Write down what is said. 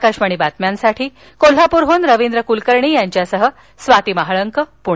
आकाशवाणी बातम्यांसाठी कोल्हापूरहून रवींद्र कुलकर्णी यांच्यासह स्वाती महाळंक प्णे